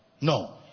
No